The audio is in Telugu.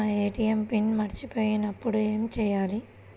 నా ఏ.టీ.ఎం పిన్ మరచిపోయినప్పుడు ఏమి చేయాలి?